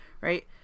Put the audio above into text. right